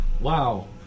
Wow